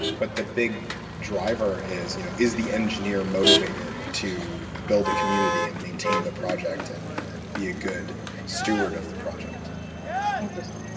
but the big driver is you know is the engineer motivated to build a community and maintain the project and and be a good steward of the project interesting.